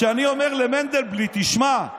כשאני אומר למנדלבליט: תשמע,